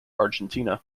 argentina